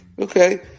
okay